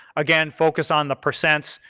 again, focus on the percents.